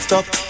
Stop